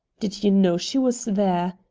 did you know she was there?